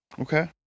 Okay